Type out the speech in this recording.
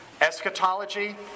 Eschatology